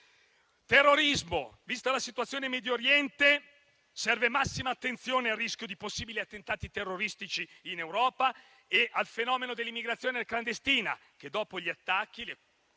terrorismo, vista la situazione in Medio Oriente serve massima attenzione al rischio di possibili attentati terroristici in Europa e al fenomeno dell'immigrazione clandestina. Dopo gli attacchi